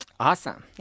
awesome